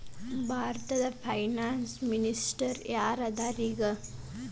ಭಾರತದ finance minister ಯಾರ್ ಅದರ ಈಗ?